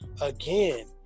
again